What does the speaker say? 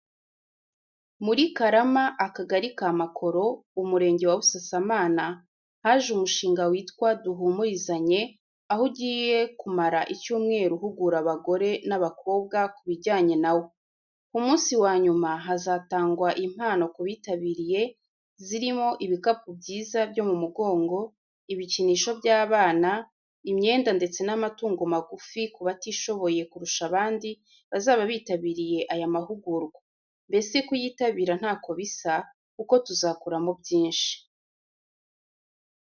Muri Karama, Akagali ka Makoro, Umurenge wa Busasamana, haje umushinga witwa Duhumurizanye, aho ugiye kumara icyumweru uhugura abagore n’abakobwa ku bijyanye na wo. Ku munsi wa nyuma hazatangwa impano ku bitabiriye, zirimo ibikapu byiza byo mu mugongo, ibikinisho by’abana, imyenda ndetse n’amatungo magufi ku batishoboye kurusha abandi bazaba bitabiriye aya mahugurwa. Mbese kuyitabira ntako bisa, kuko tuzakuramo byinshi.